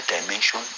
dimension